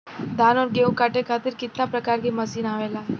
धान और गेहूँ कांटे खातीर कितना प्रकार के मशीन आवेला?